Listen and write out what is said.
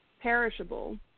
Perishable